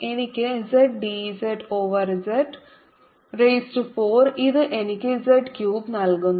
എനിക്ക് z d z over z raise to 4 ഇത് എനിക്ക് z ക്യൂബ് നൽകുന്നു